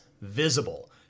visible